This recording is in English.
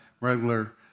regular